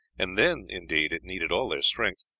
and then indeed it needed all their strength.